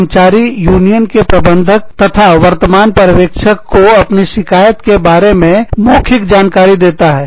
कर्मचारी यूनियन के प्रबंधक तथा वर्तमान पर्यवेक्षक को अपनी शिकायत के बारे में मौखिक जानकारी देता है